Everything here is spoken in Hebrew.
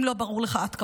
אם לא ברור לך עד כה.